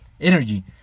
energy